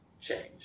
change